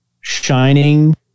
Shining